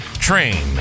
Train